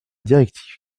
directif